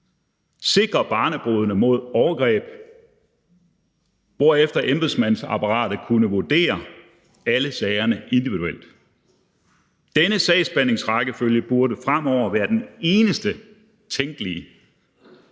sikre barnebrudene mod overgreb, hvorefter embedsmandsapparatet kunne vurdere alle sagerne individuelt. Denne sagsbehandlingsrækkefølge burde fremover være den eneste tænkelige,